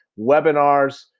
webinars